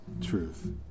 truth